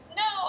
no